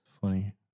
funny